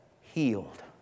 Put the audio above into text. healed